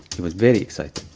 he was very excited.